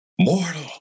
mortal